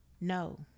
no